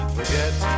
Forget